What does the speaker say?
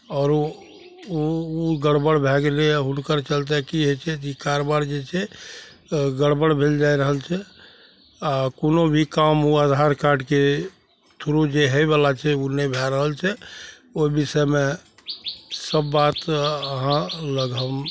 आओर ओ ओ गड़बड़ भए गेलैए हुनकर चलिते कि होइ छै ई कारबार जे छै गड़बड़ भेल जा रहल छै आओर कोनो भी काम ओ आधार कार्ड के थ्रू जे होइवला छै ओ नहि भए रहल छै ओहि विषयमे सब बात अहाँ लग हम